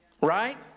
Right